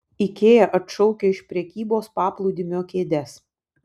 ikea atšaukia iš prekybos paplūdimio kėdes